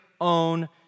own